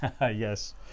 Yes